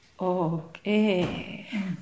okay